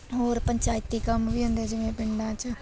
ਹੋਰ ਪੰਚਾਇਤੀ ਕੰਮ ਵੀ ਹੁੰਦੇ ਜਿਵੇਂ ਪਿੰਡਾਂ 'ਚ